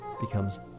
becomes